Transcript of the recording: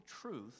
truth